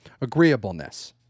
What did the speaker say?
agreeableness